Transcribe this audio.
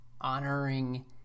honoring